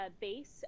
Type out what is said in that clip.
base